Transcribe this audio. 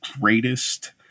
greatest